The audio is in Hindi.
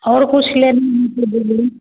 और कुछ लेना है तो बोलिए